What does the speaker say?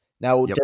Now